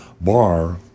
bar